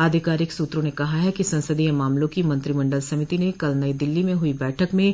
आधिकारिक सूत्रों ने कहा है कि संसदीय मामलों की मंत्रिमंडल समिति ने कल नई दिल्ली में हुई बैठक में